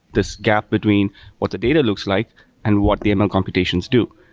this gap between what the data looks like and what the ml computations do.